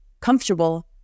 comfortable